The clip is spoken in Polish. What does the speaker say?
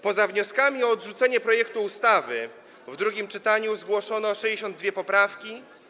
Poza wnioskami o odrzucenie projektu ustawy w drugim czytaniu zgłoszono 62 poprawki.